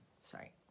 sorry